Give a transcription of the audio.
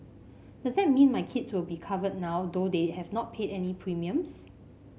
does that mean my kids will be covered now though they have not paid any premiums